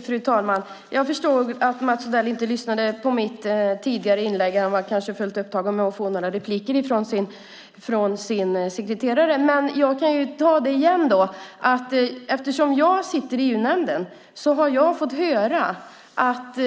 Fru talman! Jag förstod att Mats Odell inte lyssnade på mitt tidigare inlägg. Han kanske var fullt upptagen med att få några repliker från sin sekreterare. Men jag kan ta det igen. Eftersom jag sitter i EU-nämnden har jag fått höra att